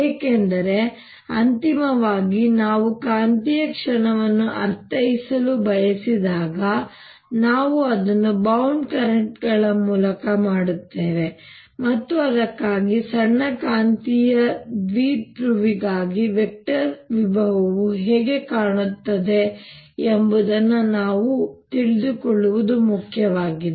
ಏಕೆಂದರೆ ಅಂತಿಮವಾಗಿ ನಾವು ಕಾಂತೀಯ ಕ್ಷಣವನ್ನು ಅರ್ಥೈಸಲು ಬಯಸಿದಾಗ ನಾವು ಅದನ್ನು ಬೌಂಡ್ ಕರೆಂಟ್ ಗಳ ಮೂಲಕ ಮಾಡುತ್ತೇವೆ ಮತ್ತು ಅದಕ್ಕಾಗಿ ಸಣ್ಣ ಕಾಂತೀಯ ದ್ವಿಧ್ರುವಿಗಾಗಿ ವೆಕ್ಟರ್ ವಿಭವವು ಹೇಗೆ ಕಾಣುತ್ತದೆ ಎಂಬುದನ್ನು ನಾವು ತಿಳಿದುಕೊಳ್ಳುವುದು ಮುಖ್ಯವಾಗಿದೆ